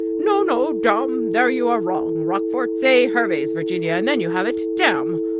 no, no, damme! there you are wrong, rochfort say hervey's virginia, and then you have it, damme!